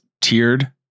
tiered